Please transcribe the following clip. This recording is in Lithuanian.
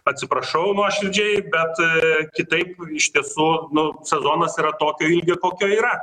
atsiprašau nuoširdžiai bet kitaip iš tiesų nu sezonas yra tokio ilgio kokio yra